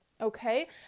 Okay